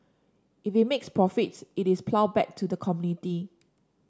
if it makes profits it is ploughed back to the community